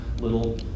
little